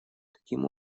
таким